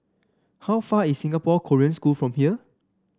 how far is Singapore Korean School from here